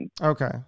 Okay